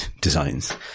designs